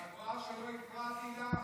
רואה שלא הפרעתי לך?